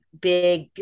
big